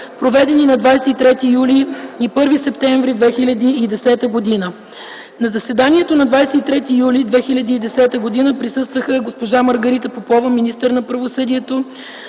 проведени на 23 юли и 1 септември 2010 г. На заседанието на 23 юли 2010 г. присъстваха госпожа Маргарита Попова – министър на правосъдието,